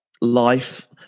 life